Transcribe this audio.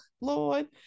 Lord